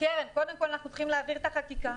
אנחנו קודם כל צריכים להעביר את החקיקה.